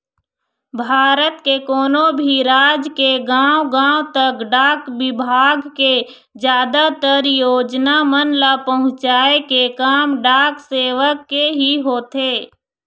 भारत के कोनो भी राज के गाँव गाँव तक डाक बिभाग के जादातर योजना मन ल पहुँचाय के काम डाक सेवक के ही होथे